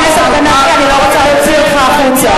חבר הכנסת בן-ארי, אני לא רוצה להוציא אותך החוצה.